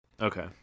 Okay